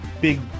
big